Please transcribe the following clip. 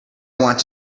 want